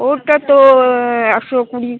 ওটা তো একশো কুড়ি